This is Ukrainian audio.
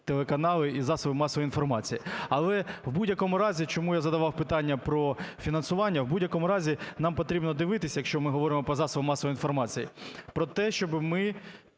телеканали, і засоби масової інформації. Але в будь-якому разі… Чому я задавав питання про фінансування? В будь-якому разі нам потрібно дивитися, якщо ми говоримо по засобах масової інформації, про те, щоби ми